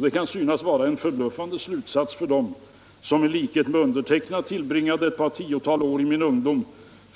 Det kan synas vara en förbluffande slutsats för den som i likhet med mig har tillbringat ett par tiotal år i sin ungdom